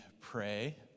pray